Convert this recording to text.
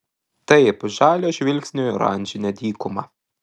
taip žalio žvilgsnio į oranžinę dykumą